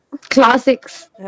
classics